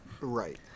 Right